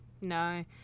no